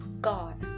God